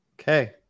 Okay